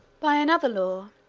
by another law,